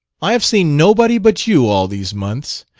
i have seen nobody but you all these months.